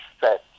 set